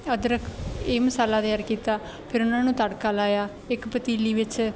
ਅਦਰਕ ਇਹ ਮਸਾਲਾ ਤਿਆਰ ਕੀਤਾ ਫਿਰ ਉਹਨਾਂ ਨੂੰ ਤੜਕਾ ਲਾਇਆ ਇੱਕ ਪਤੀਲੀ ਵਿੱਚ